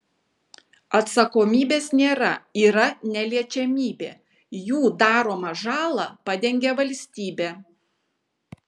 atsakomybės nėra yra neliečiamybė jų daromą žalą padengia valstybė